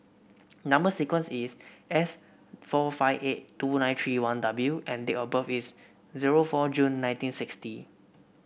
number sequence is S four five eight two nine three one W and date of birth is zero four June nineteen sixty